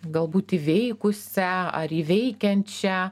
galbūt įveikusią ar įveikiančią